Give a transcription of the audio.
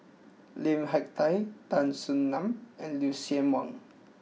Lim Hak Tai Tan Soo Nan and Lucien Wang